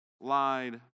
lied